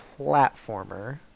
platformer